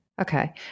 Okay